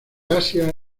asia